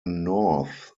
north